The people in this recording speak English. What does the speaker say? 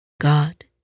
God